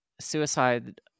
suicide